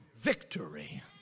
Victory